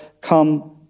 come